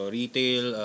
retail